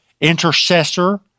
intercessor